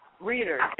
readers